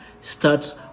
Start